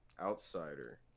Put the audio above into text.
Outsider